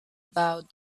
about